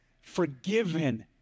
forgiven